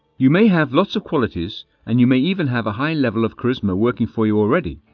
you may have lots of qualities and you may even have a high level of charisma working for you already,